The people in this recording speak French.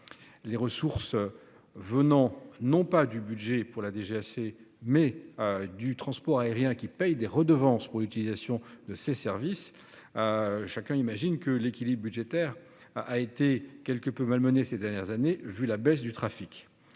Ses ressources provenant non pas du budget de l'État, mais du secteur du transport aérien, qui paie des redevances pour l'utilisation de ses services, chacun comprend que l'équilibre budgétaire a été quelque peu malmené ces dernières années en raison de la baisse du trafic.